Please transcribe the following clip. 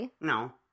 No